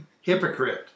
Hypocrite